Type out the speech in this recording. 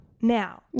now